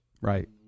right